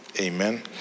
Amen